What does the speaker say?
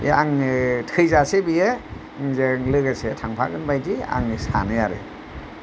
बे आङो थैजासे बेयो आंजों लोगोसे थांफागोन बायदि आङो सानो आरो